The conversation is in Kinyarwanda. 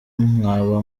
mwaba